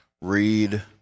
Read